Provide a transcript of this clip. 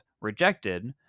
rejected